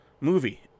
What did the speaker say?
movie